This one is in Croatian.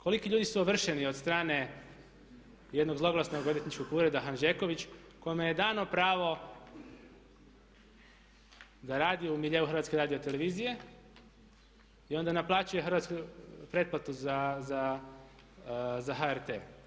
Koliki ljudi su ovršeni od strane jednog zloglasnog odvjetničkog ureda Hanžeković kojemu je dano pravo da radi u miljeu HRT-a i onda naplaćuje pretplatu za HRT.